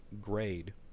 grade